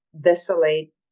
desolate